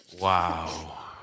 Wow